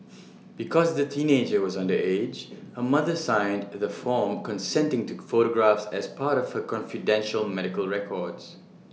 because the teenager was underage her mother signed the form consenting to photographs as part of her confidential medical records